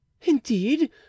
Indeed